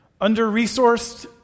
under-resourced